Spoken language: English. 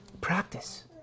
Practice